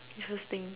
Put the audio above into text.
interesting